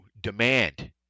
demand